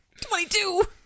22